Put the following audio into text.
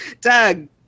Doug